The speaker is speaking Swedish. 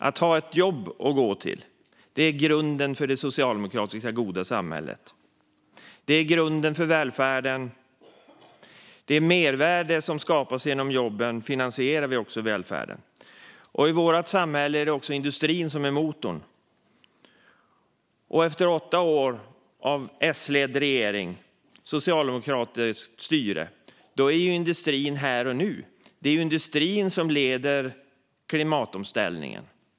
Att ha ett jobb att gå till är grunden för det socialdemokratiska goda samhället och grunden för välfärden. Med det mervärde som skapas genom jobben finansierar vi välfärden. I vårt samhälle är industrin motorn. Efter åtta år med en S-ledd regering, ett socialdemokratiskt styre, är industrin här och nu. Det är industrin som leder klimatomställningen.